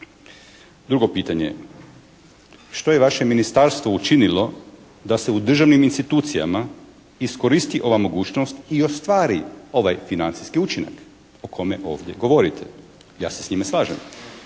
Drugo pitanje? Što je vaše ministarstvo učinilo da se u državnim institucijama iskoristi ova mogućnost i ostvari ovaj financijski učinak o kome ovdje govorite? Ja se s time slažem.